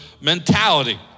mentality